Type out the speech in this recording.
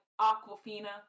Aquafina